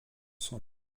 sont